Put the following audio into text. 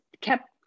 kept